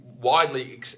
widely